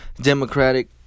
democratic